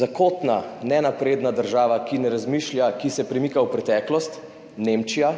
zakotna, nenapredna država, ki ne razmišlja, ki se premika v preteklost, Nemčija,